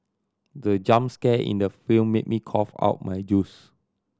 the jump scare in the film made me cough out my juice